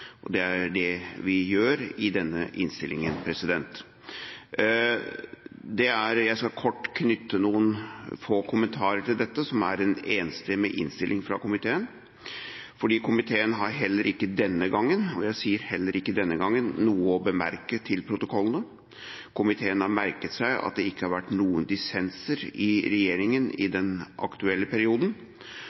Stortinget. Det er det vi gjør i denne innstillingen. Jeg skal kort knytte noen få kommentarer til det som er en enstemmig innstilling fra komiteen, for komiteen har heller ikke denne gangen – og jeg sier: heller ikke denne gangen – noe å bemerke til protokollene. Komiteen har merket seg at det ikke har vært noen dissenser i regjeringen i den aktuelle perioden.